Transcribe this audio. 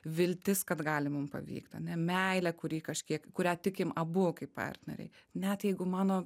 viltis kad gali mum pavykt ane meilė kuri kažkiek kuria tikim abu kaip partneriai net jeigu mano